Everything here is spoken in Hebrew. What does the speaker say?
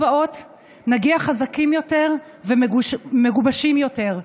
לבחירות הבאות נגיע חזקים יותר ומגובשים יותר,